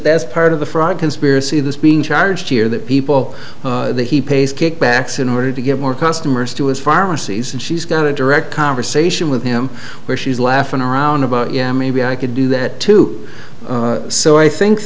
that's part of the fraud conspiracy this being charged here that people that he pays kickbacks in order to get more customers to his pharmacies and she's got a direct conversation with him where she's laughing around about yeah maybe i could do that too so i think